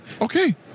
okay